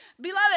Beloved